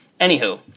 anywho